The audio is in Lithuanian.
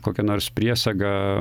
kokia nors priesaga